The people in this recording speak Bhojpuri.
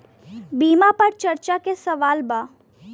बीमा पर चर्चा के सवाल बा?